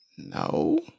No